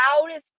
loudest